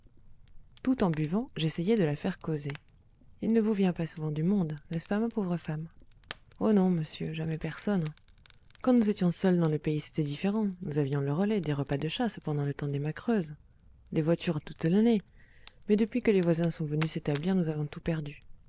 tout en buvant j'essayai de la faire causer il ne vous vient pas souvent du monde n'est-ce pas ma pauvre femme oh non monsieur jamais personne quand nous étions seuls dans le pays c'était différent nous avions le relais des repas de chasse pendant le temps des macreuses des voitures toute l'année mais depuis que les voisins sont venus s'établir nous avons tout perdu